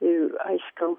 ir aiškam